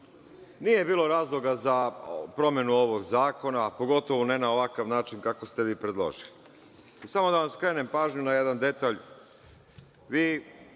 nije bilo razloga za promenu ovog zakona, a pogotovo ne na ovakav način kako ste vi predložili. Samo da vam skrenem pažnju na jedan detalj.